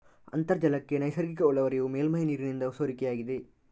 ಅಂತರ್ಜಲಕ್ಕೆ ನೈಸರ್ಗಿಕ ಒಳಹರಿವು ಮೇಲ್ಮೈ ನೀರಿನಿಂದ ಸೋರಿಕೆಯಾಗಿದೆ